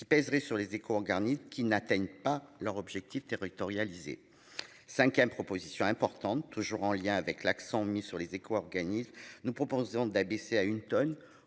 qui pèserait sur les échos Garnier qui n'atteignent pas leur objectif territorialisée 5ème propositions importantes toujours en lien avec l'accent mis sur les éco-organismes. Nous proposons d'abaisser à une tonne